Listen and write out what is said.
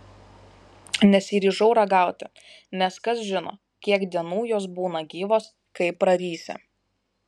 nesiryžau ragauti nes kas žino kiek dienų jos būna gyvos kai prarysi